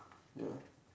ya